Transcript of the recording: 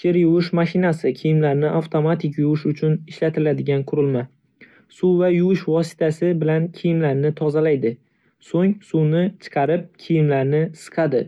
Kir yuvish mashinasi kiyimlarni avtomatik yuvish uchun ishlatiladigan qurilma. Suv va yuvish vositasi bilan kiyimlarni tozalaydi, so'ng suvni chiqarib, kiyimlarni siqadi